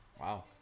Wow